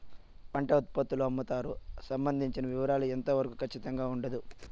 పంట ఉత్పత్తుల అమ్ముతారు సంబంధించిన వివరాలు ఎంత వరకు ఖచ్చితంగా ఉండదు?